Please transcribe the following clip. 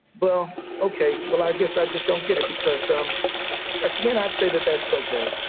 well, okay. well, i guess i just don't get it, because um i cannot say that that's okay.